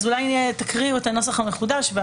אולי תקריאו את הנוסח המחודש.